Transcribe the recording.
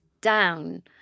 down